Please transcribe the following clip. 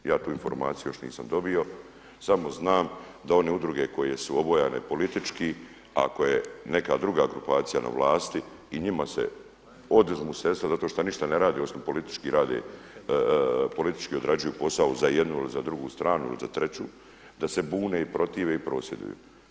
Ja tu informaciju još nisam dobio, samo znam da one udruge koje su obojane politički, a koje neka druga grupacija na vlasti i njima se oduzmu sredstva zato šta ništa ne rade osim politički odrađuju posao za jednu ili za drugu stranu ili za treću, da se bune, protive i prosvjeduju.